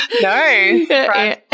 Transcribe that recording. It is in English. No